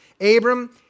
Abram